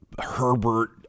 Herbert